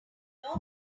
break